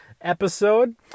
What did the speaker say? episode